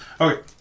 Okay